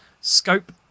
scope